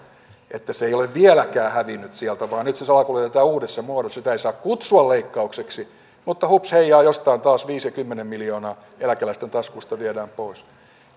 se ei ole vieläkään hävinnyt sieltä vaan nyt se salakuljetetaan uudessa muodossa sitä ei saa kutsua leikkaukseksi mutta hupsheijaa jostain taas viisi ja kymmenen miljoonaa eläkeläisten taskusta viedään pois